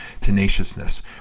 tenaciousness